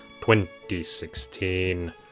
2016